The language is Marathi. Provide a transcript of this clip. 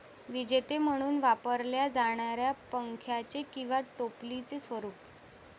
विजेते म्हणून वापरल्या जाणाऱ्या पंख्याचे किंवा टोपलीचे स्वरूप